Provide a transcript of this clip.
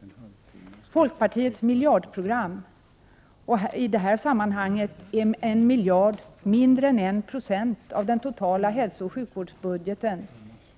Med folkpartiets miljardprogram — i det här sammanhanget utgör 1 miljard mindre än 1 26 av den totala hälsooch sjukvårdsbudgeten